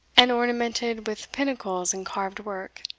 and ornamented with pinnacles and carved work,